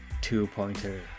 two-pointer